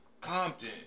Compton